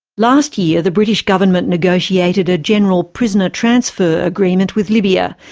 last year the british government negotiated a general prisoner transfer agreement with libya,